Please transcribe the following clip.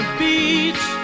beach